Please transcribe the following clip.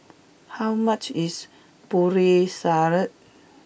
how much is Putri Salad